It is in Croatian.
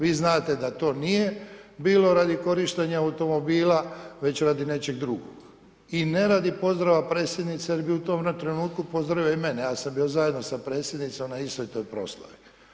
Vi znate da to nije bilo radi korištenja automobila već radi nečeg drugo i ne radi pozdrava predsjednice jer bi u tom trenutku pozdravio i mene, ja sam bio zajedno sa predsjednicom na istoj to proslavi.